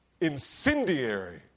incendiary